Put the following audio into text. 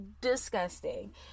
disgusting